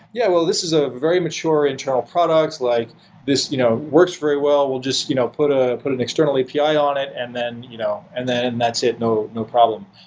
yeah, well this is a very mature internal products. like this you know works very well. we'll just you know put ah put an external api ah on it, and then you know and then that's it. no no problem.